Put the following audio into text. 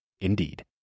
Indeed